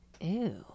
Ew